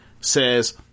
says